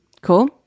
Cool